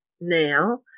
now